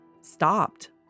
stopped